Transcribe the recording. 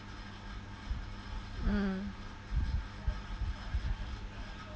mm